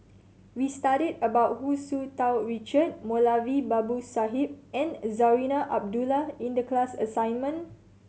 we studied about Hu Tsu Tau Richard Moulavi Babu Sahib and Zarinah Abdullah in the class assignment